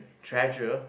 treasure